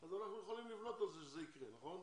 אז אנחנו יכולים לבנות על זה שזה יקרה, נכון?